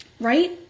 Right